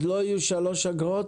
אז לא יהיו שלוש אגרות.